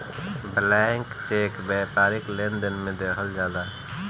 blank cheque व्यापारिक लेनदेन में देहल जाला